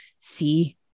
See